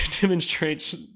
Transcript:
demonstrates